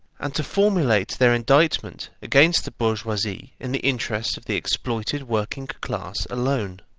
and to formulate their indictment against the bourgeoisie in the interest of the exploited working class alone.